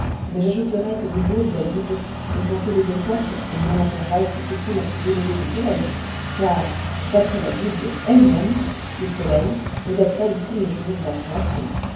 mais j'ajouterai que les jours de la bible ne sont que des époques et non l'intervalle qui s'écoule entre deux levers de soleil car d'après la bible elle-même le soleil ne date pas du premier jour de la création